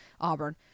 Auburn